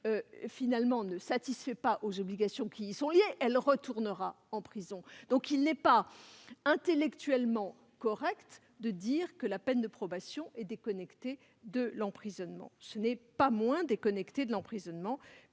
qui ne satisferait pas aux obligations qui y sont liées retournera en prison. Il n'est donc pas intellectuellement correct de dire que la peine de probation est déconnectée de l'emprisonnement. Elle ne l'est pas moins qu'une peine d'emprisonnement